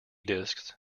disks